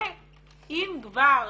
ואם כבר